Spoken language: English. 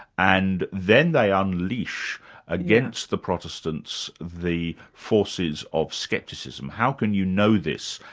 and then they unleash against the protestants, the forces of scepticism. how can you know this?